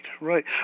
Right